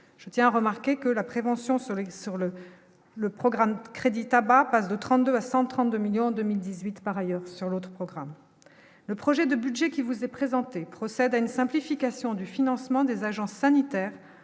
je tiens remarquer que la prévention sur le sur le le programme crédit tabac passe de 32 à 132 millions en 2018 par ailleurs sur l'autre programme le projet de budget qui vous est présenté procède à une simplification du financement des agences sanitaires